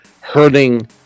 hurting